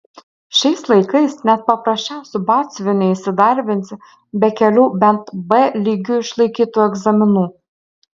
šiais laikais net paprasčiausiu batsiuviu neįsidarbinsi be kelių bent b lygiu išlaikytų egzaminų